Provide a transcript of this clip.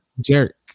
Jerk